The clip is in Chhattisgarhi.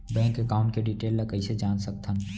बैंक एकाउंट के डिटेल ल कइसे जान सकथन?